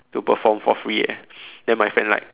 to perform for free eh then my friend like